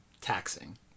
taxing